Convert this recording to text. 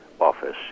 office